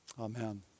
Amen